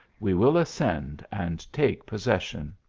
we will ascend and take possession.